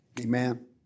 Amen